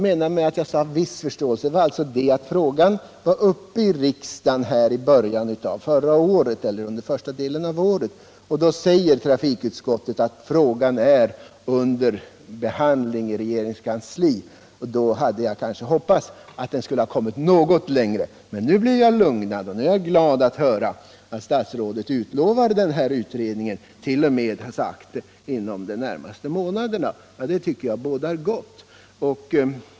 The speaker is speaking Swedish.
När jag sade viss förståelse var det därför att under första halvan av förra året sade trafikutskottet att frågan var under behandling i regeringens kansli. Därför hade jag kanske hoppats att den skulle ha kommit längre. Nu blir jag lugnad och är glad att höra att statsrådet lovar denna utredning t. 0. m. inom de närmaste månaderna. Det tycker jag bådar gott.